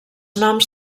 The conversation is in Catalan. noms